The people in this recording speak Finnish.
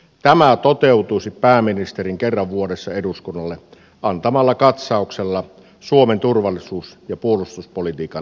tämä toteutuisi pääministerin kerran vuodessa eduskunnalle antamalla katsauksella suomen turvallisuus ja puolustuspolitiikan tavoitteista